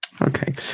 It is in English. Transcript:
Okay